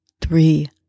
three